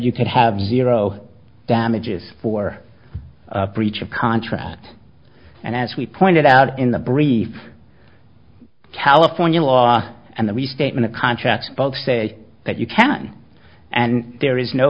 you could have zero damages for breach of contract and as we pointed out in the brief california law and the restatement of contracts both say that you can and there is no